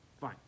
Fine